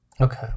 Okay